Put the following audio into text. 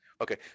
Okay